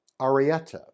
Arietta